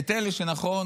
את אלה שנכון,